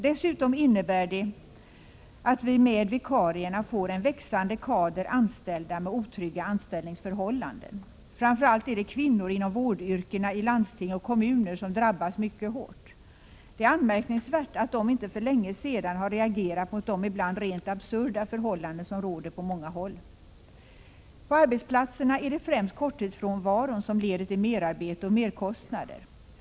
Dessutom innebär detta att vi får en växande kader anställda med otrygga anställningsförhållanden. Framför allt är det kvinnor inom vårdyrkena i landsting och kommuner som drabbas mycket hårt. Det är anmärkningsvärt att de inte för länge sedan har reagerat mot de ibland rent absurda förhållanden som råder på många håll. På arbetsplatserna är det främst korttidsfrånvaron som leder till merarbete och merkostnader.